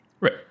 Right